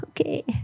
Okay